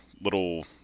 little